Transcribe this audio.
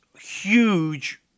huge